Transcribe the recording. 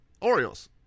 Orioles